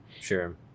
sure